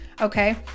okay